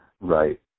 Right